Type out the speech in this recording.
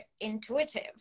intuitive